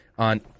on